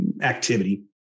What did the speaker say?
activity